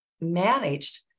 managed